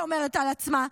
היא אומרת על עצמה,